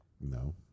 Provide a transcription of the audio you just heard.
No